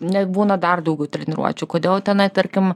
nebūna dar daugiau treniruočių kodėl tenai tarkim